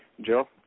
Joe